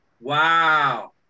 Wow